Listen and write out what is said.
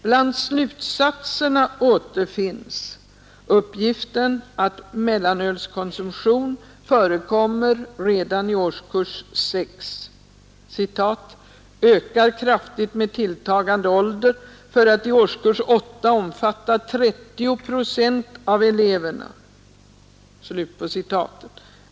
Bland slutsatserna återfinns uppgiften att mellanölskonsumtion förekommer redan i årskurs 6 och ”ökar kraftigt med tilltagande ålder för att i årskurs 8 omfatta 30 procent av eleverna”.